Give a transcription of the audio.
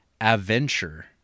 adventure